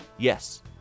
Yes